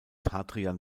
hadrian